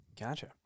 Gotcha